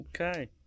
Okay